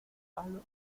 palo